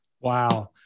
Wow